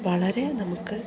വളരെ നമുക്ക്